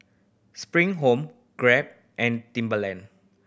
Spring Home Grab and Timberland